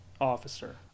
officer